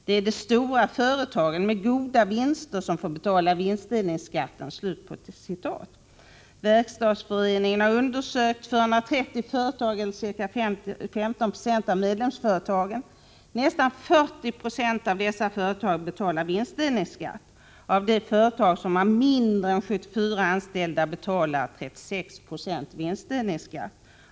Det är de stora företagen med goda vinster som får betala vinstdelningskatt.” Verkstadsföreningen har undersökt 430 företag eller ca 15 20 av alla medlemsföretag. Nästan 40 20 av dessa företag betalar vinstdelningsskatt. Av de företag som har mindre än 74 anställda betalar 36 96 vinstdelningsskatt.